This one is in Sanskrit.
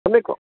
सम्यक्